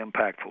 impactful